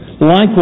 Likewise